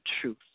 truth